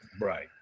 Right